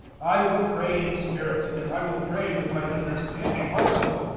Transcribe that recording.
i will pray in spirit, and i will pray with my understanding also.